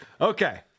Okay